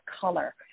color